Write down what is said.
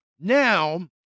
Now